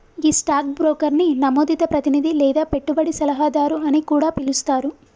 గీ stock బ్రోకర్ని నమోదిత ప్రతినిధి లేదా పెట్టుబడి సలహాదారు అని కూడా పిలుస్తారు